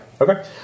Okay